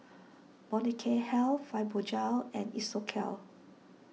Molnylcke Health Fibogel and Isocal